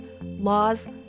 laws